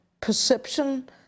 perception